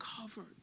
covered